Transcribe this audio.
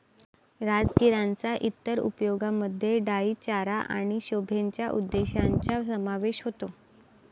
राजगिराच्या इतर उपयोगांमध्ये डाई चारा आणि शोभेच्या उद्देशांचा समावेश होतो